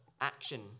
action